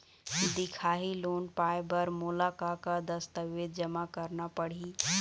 दिखाही लोन पाए बर मोला का का दस्तावेज जमा करना पड़ही?